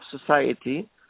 society